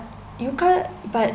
you can't but